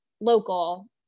local